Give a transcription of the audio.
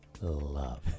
love